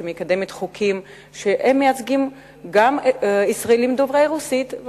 שמקדמת חוקים שמייצגים גם ישראלים דוברי רוסית,